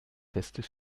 festes